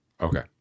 Okay